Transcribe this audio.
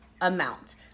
amount